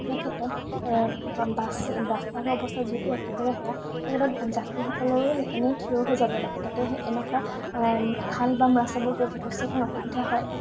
সেই ক্ষেত্ৰত বাছ ৰাস্তাৰ অৱস্থা যিহেতু একেবাৰে বেয়া সেই ক্ষেত্ৰত যাত্ৰীসকলৰো এনেই থিয় হৈ যাব লাগে তাতে সেই এনেকুৱা খাল বাম ৰাস্তাবোৰত যথেষ্টখিনি অসুবিধা হয়